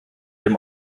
dem